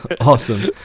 Awesome